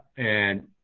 and